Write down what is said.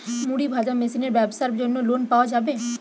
মুড়ি ভাজা মেশিনের ব্যাবসার জন্য লোন পাওয়া যাবে?